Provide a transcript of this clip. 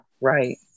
Right